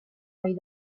ohi